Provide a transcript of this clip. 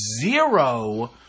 zero